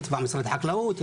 משרד החקלאות?